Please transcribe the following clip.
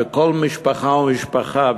וכל משפחה ומשפחה,